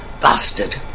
bastard